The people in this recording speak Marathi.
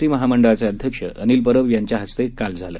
टी महामंडळाचे अध्यक्ष अनिल परब यांच्या हस्ते काल झालं